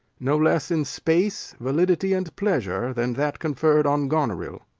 no less in space, validity, and pleasure than that conferr'd on goneril